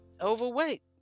overweight